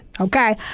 Okay